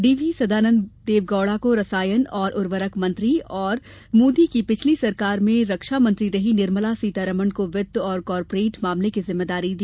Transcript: DV Sadananda Deve Gowda को रसायन और उर्वरक मंत्री और मोदी की पिछली सरकार में रक्षा मंत्री रही निर्मला सीतारमण को वित्त और कार्पोरेट मामले की जिम्मेदारी दी गई है